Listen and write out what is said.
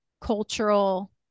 cultural